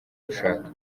ushaka